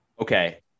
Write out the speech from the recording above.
Okay